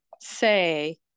say